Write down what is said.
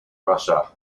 russia